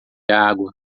água